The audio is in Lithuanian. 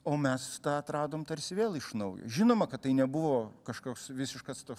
o mes atradom tarsi vėl iš naujo žinoma kad tai nebuvo kažkoks visiškas toks